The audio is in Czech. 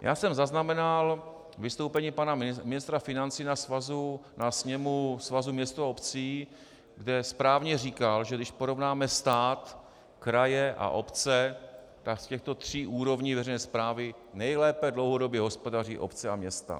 Já jsem zaznamenal vystoupení pana ministra financí na sněmu Svazu měst a obcí, kde správně říkal, že když porovnáme stát, kraje a obce, tak z těchto tří úrovní veřejné správy nejlépe dlouhodobě hospodaří obce a města.